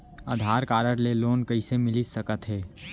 आधार card ले loan कइसे मिलिस सकत हे?